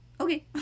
okay